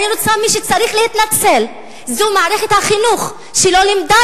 מי שצריך להתנצל זו מערכת החינוך שלא לימדה